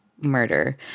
murder